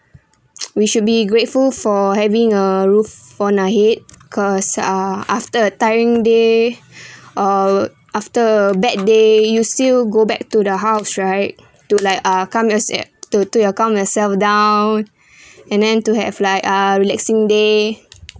we should be grateful for having a roof for our head caused uh after a tiring day or after a bad day you still go back to the house right to like uh calm us at to to your calm yourself down and then to have like uh relaxing day